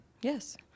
Yes